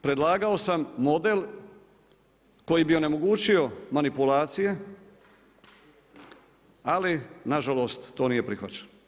Predlagao sam model koji bi onemogućio manipulacije ali nažalost to nije prihvaćeno.